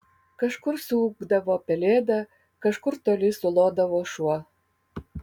kažkur suūkdavo pelėda kažkur toli sulodavo šuo